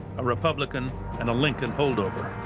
a republican and a lincoln holdover.